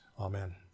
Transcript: Amen